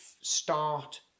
start